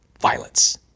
Violence